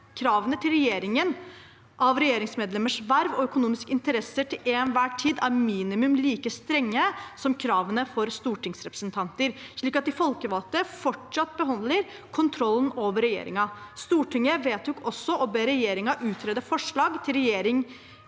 kravene til registrering av regjeringsmedlemmers verv og økonomiske interesser til enhver tid er minimum like strenge som kravene for stortingsrepresentanter, slik at de folkevalgte fortsatt beholder kontrollen over regjeringen. Stortinget vedtok også å be regjeringen utrede forslag til registrering